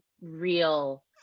real